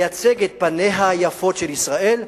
לייצג את פניה היפות של ישראל.